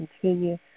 continue